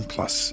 Plus